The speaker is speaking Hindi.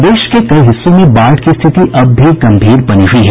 प्रदेश के कई हिस्सों में बाढ़ की स्थिति अब भी गंभीर बनी हुई है